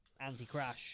anti-crash